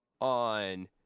on